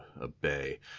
obey